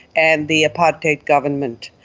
and the apartheid government.